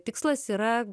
tikslas yra